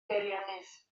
beiriannydd